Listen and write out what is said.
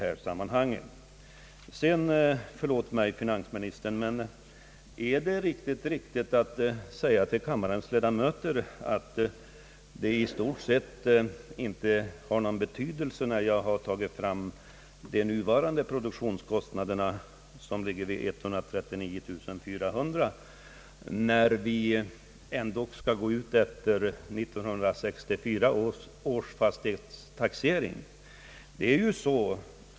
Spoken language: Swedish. Förlåt mig herr finansminister, men är det riktigt att säga till kammarens ledamöter att det i stort sett inte har någon beydelse hur stora de nuvarande produktionskostnaderna är — de ligger i genomsnitt vid 139400 kronor — eftersom vi ändock skall utgå från 1964 års = fastighetstaxering?